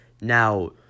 Now